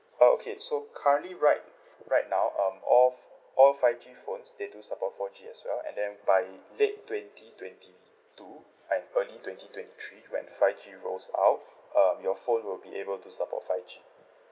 uh okay so currently right right now um all f~ all five G phones they do support four G as well and then by late twenty twenty two and early twenty twenty three when five G rose out um your phone will be able to support five G